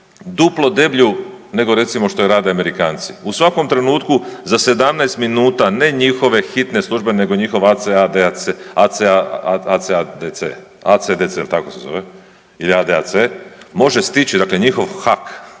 duplo deblju nego što je recimo rade Amerikanci, u svakom trenutku za 17 minuta ne njihove hitne službe nego njihov ACADAC, ACADC, ACDC jel tako se zove ili ADAC može stići dakle njihov HAC